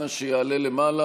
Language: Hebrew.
אנא שיעלה למעלה,